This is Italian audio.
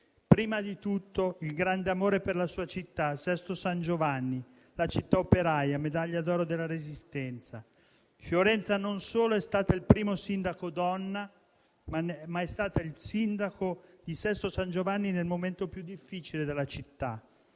Prima di tutto il grande amore per la sua città, Sesto San Giovanni, la città operaia, medaglia d'oro della Resistenza. Fiorenza, non solo è stata il primo sindaco donna, ma è stata il sindaco di Sesto San Giovanni nel momento più difficile della città,